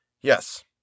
Yes